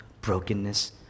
brokenness